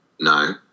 no